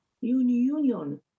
Union